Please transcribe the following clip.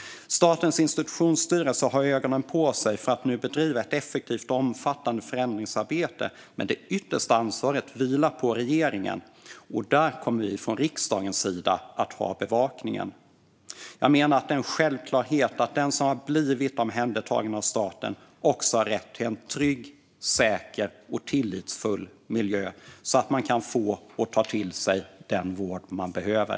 Statens institutionsstyrelse har nu ögonen på sig vad gäller att bedriva ett effektivt och omfattande förändringsarbete, men det yttersta ansvaret vilar på regeringen. Detta kommer vi i riksdagen att bevaka. Det ska vara en självklarhet att den som blivit omhändertagen av staten också har rätt till en trygg, säker och tillitsfull miljö så att man kan få och ta till sig den vård man behöver.